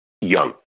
young